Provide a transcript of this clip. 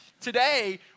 today